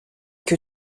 que